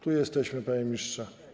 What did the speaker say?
Tu jesteśmy, panie ministrze.